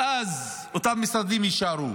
ואז אותם משרדים יישארו,